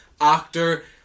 actor